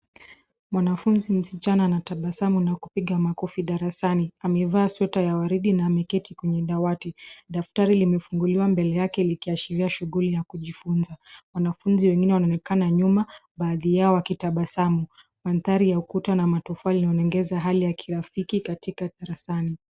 Mwanafunzi msichana anatabasamu na kupiga makofi darasani. Amevaa sweta ya waridi na ameketi kwenye dawati. Daftari limefunguliwa mabele yake likiashiria shuguli ya kujifunza. Wanafunzi wengine wanaonekana nyuma baadhi yao wakitabasamu. Mandhari ya ukuta na matofaa uliyongeza hali ya kirafiki katika darasani.